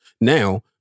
now